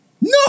No